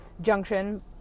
junction